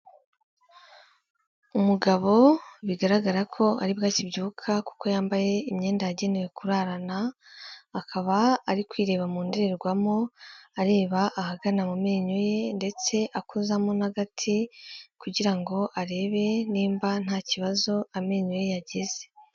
Umugabo bigaragara ko aribwo akibyuka kuko yambaye imyenda yagenewe kurarana, akaba ari kwireba mu ndorerwamo areba ahagana mu menyo ye ndetse akozamo n'agati kugira ngo arebe nimba nta kibazo amenyo ye yagize.